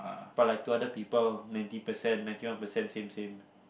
but like to other people ninety percent ninety one percent same same